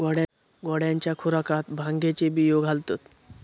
घोड्यांच्या खुराकात भांगेचे बियो घालतत